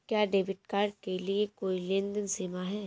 क्या debit card के लिए कोई लेनदेन सीमा है?